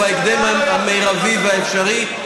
שתוכל לקדם אותו בהקדם המרבי והאפשרי.